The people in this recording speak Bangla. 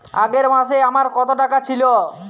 আগের মাসে আমার কত টাকা ছিল?